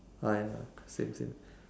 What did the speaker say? five ah same same